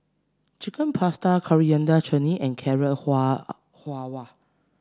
Chicken Pasta Coriander Chutney and Carrot Halwa